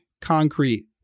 concrete